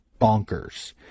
bonkers